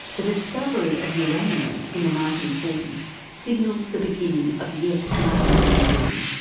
the discovery of uranium in the nineteen forty s signalled the beginning of yet another mining boom,